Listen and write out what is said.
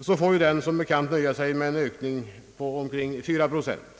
så får denna titel nöja sig med en ökning av 4 procent.